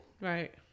Right